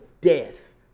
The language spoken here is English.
death